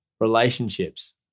relationships